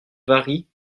vari